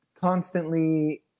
constantly